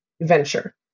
venture